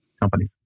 companies